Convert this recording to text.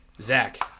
Zach